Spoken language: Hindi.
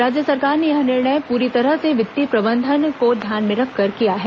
राज्य सरकार ने यह निर्णय पूरी तरह से वित्तीय प्रबंधन को ध्यान में रखकर लिया है